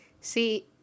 See